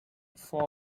four